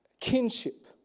Kinship